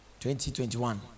2021